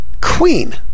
queen